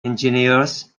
engineers